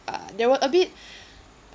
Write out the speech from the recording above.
uh there were a bit